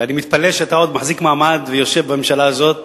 ואני מתפלא שאתה עוד מחזיק מעמד ויושב בממשלה הזאת.